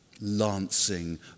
lancing